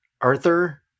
Arthur